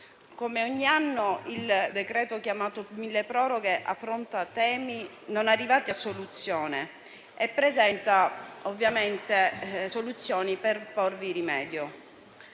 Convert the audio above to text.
come ogni anno il decreto chiamato milleproroghe affronta temi non arrivati a soluzione e presenta ovviamente soluzioni per porvi rimedio.